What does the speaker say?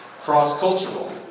cross-cultural